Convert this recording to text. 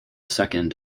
second